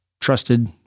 trusted